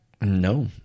No